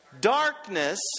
darkness